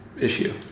issue